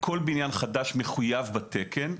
כל בניין חדש מחויב בתקן.